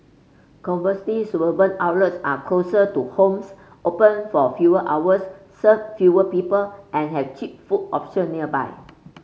conversely suburban outlets are closer to homes open for fewer hours serve fewer people and have cheap food option nearby